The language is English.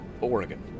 Oregon